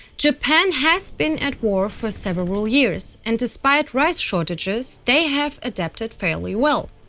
japan has been at war for several years and despite rice shortages, they have adapted fairly well.